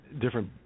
different